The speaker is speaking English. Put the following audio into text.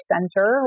Center